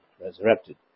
resurrected